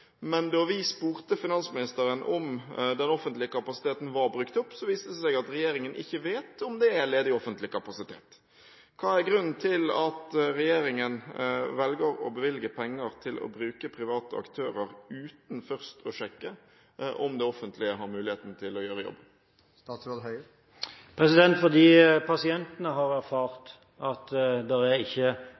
men da vi spurte finansministeren om den offentlige kapasiteten var brukt opp, viste det seg at regjeringen ikke vet om det er ledig offentlig kapasitet. Hva er grunnen til at regjeringen velger å bevilge penger til å bruke private aktører uten først å sjekke om det offentlige har muligheten til å gjøre jobben? Det er fordi pasientene har erfart at det ikke er